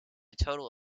total